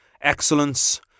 excellence